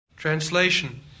Translation